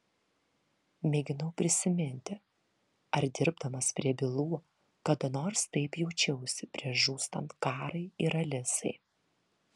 mėginau prisiminti ar dirbdamas prie bylų kada nors taip jaučiausi prieš žūstant karai ir alisai